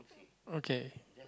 okay